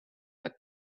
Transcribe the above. but